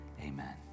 amen